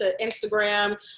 Instagram